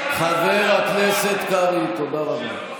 חבר הכנסת קרעי, תודה רבה.